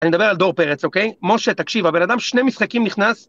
אני מדבר על דור פרץ, אוקיי? משה, תקשיב, הבן אדם, שני משחקים נכנס...